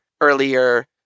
earlier